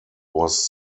was